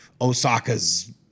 Osaka's